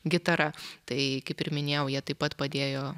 gitara tai kaip ir minėjau jie taip pat padėjo